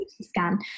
scan